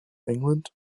england